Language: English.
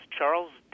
Charles